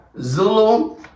Zulu